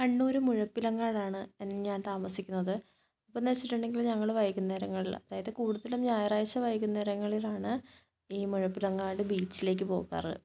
കണ്ണൂർ മുഴപ്പിലങ്ങാടാണ് ഞാൻ താമസിക്കുന്നത് അപ്പമെന്ന് വെച്ചിട്ടുണ്ടെങ്കിൽ ഞങ്ങൾ വൈകുന്നേരങ്ങളിൽ അതായത് കൂടുതലും ഞായറാഴ്ച വൈകുന്നേരങ്ങളിലാണ് ഈ മുഴപ്പിലങ്ങാട് ബീച്ചിലേക്ക് പോകാറ്